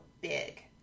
big